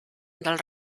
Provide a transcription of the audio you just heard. del